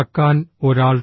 തുറക്കാൻ ഒരാൾ